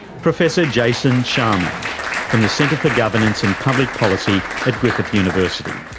professor jason sharman from the centre for governance and public policy at griffith university.